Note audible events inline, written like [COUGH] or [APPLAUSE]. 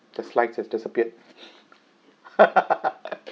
the slides has disappeared [BREATH]